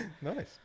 Nice